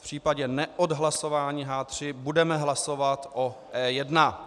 V případě neodhlasování H3 budeme hlasovat o E1.